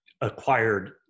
acquired